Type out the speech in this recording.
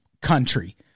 country